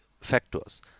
factors